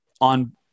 on